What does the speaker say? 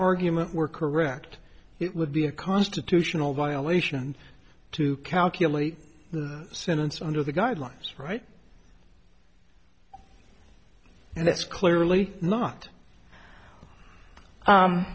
argument were correct it would be a constitutional violation to calculate the sentence under the guidelines right and that's clearly not